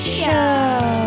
show